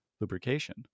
lubrication